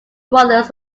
brothers